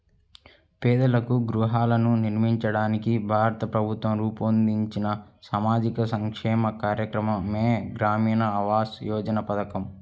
పేదలకు గృహాలను నిర్మించడానికి భారత ప్రభుత్వం రూపొందించిన సామాజిక సంక్షేమ కార్యక్రమమే గ్రామీణ ఆవాస్ యోజన పథకం